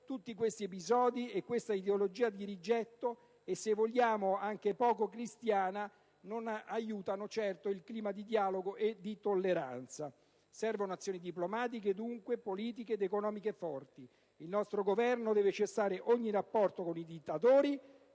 della nostra capitale e questa ideologia «di rigetto» - se vogliamo anche poco cristiana - non aiutano certo il clima di dialogo e di tolleranza. Servono azioni diplomatiche, dunque, politiche ed economiche forti. Il nostro Governo deve cessare ogni rapporto con i dittatori